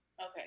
Okay